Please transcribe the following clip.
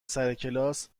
سرکلاس